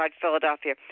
Philadelphia